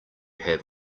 have